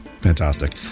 Fantastic